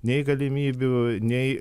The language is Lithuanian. nei galimybių nei